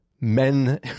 men